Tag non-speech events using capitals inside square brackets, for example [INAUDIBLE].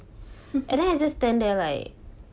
[LAUGHS]